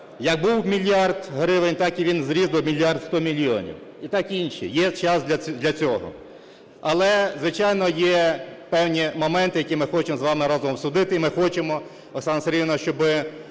Як був мільярд гривень, так він і зріс до 1 мільярд 100 мільйонів, і так і інші. Є час для цього. Але, звичайно, є певні моменти, які ми хочемо з вами разом обсудити. І ми хочемо, Оксана Сергіївна, щоб